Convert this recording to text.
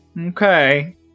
okay